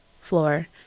floor